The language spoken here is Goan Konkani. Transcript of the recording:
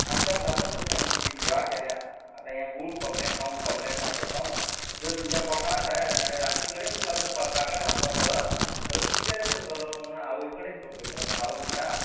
आमच्यान जाता तशी आमी तुजी सेवा केल्या आतां हें गुळ खोबरें खावन खोबरें साकर खावून जर तुज्या पोटांत जायता आनी राती कडेन तुका जर परसा कडेन वचपा पडत जाल्यार तूं कितें रे करतलो म्हणून आवय कडेन तो पयता तेन्ना आवय म्हणटा